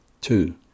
Two